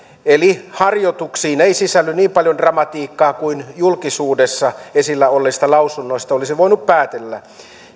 harjoituksiin ei sisälly niin paljon dramatiikkaa kuin julkisuudessa esillä olleista lausunnoista olisi voinut päätellä